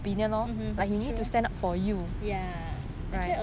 mmhmm ya true